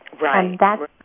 Right